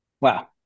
Wow